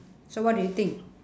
so what do you think